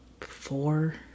four